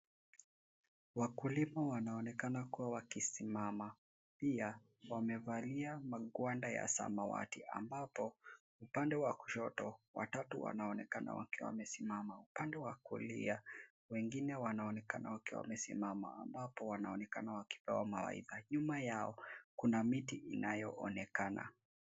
Wakulima wanaonekana kuwa wakisimama pia wamevalia magwanda ya samawati ambapo upande wa kushoto, watoto wanaonekana wakiwa wamesimama. Upande wa kulia, wengine wanaonekana wakiwa wamesimama ambapo wanaonekana wakipewa mawaidha. Nyuma yao kuna miti inayoonekana.